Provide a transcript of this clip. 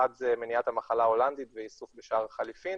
אחת זה מניעת המחלה ההולנדית וייסוף בשער החליפין,